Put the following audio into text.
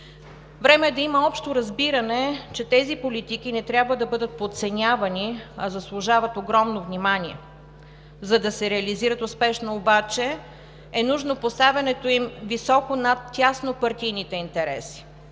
Време е да има общо разбиране, че тези политики не трябва да бъдат подценявани, а заслужават огромно внимание. За да се реализират успешно обаче, е нужно поставянето им високо над тяснопартийните интереси,